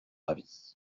avis